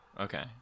Okay